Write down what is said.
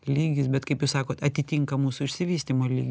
lygis bet kaip jūs sakot atitinka mūsų išsivystymo lygį